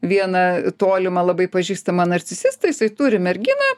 vieną tolimą labai pažįstamą narcisistą jisai turi merginą